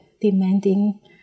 demanding